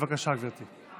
בבקשה, גברתי.